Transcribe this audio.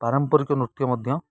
ପାରମ୍ପରିକ ନୃତ୍ୟ ମଧ୍ୟ